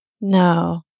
No